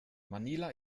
manila